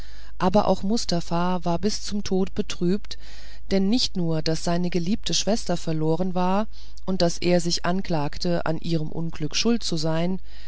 aber auch mustafa war bis zum tod betrübt denn nicht nur daß seine geliebte schwester verloren war und daß er sich anklagte an ihrem unglück schuld zu sein